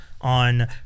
on